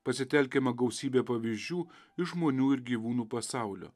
pasitelkiama gausybė pavyzdžių iš žmonių ir gyvūnų pasaulio